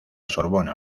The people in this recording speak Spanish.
sorbona